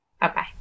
Bye-bye